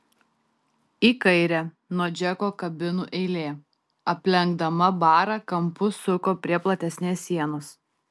į kairę nuo džeko kabinų eilė aplenkdama barą kampu suko prie platesnės sienos